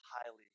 highly